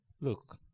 look